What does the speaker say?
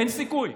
אין סיכוי.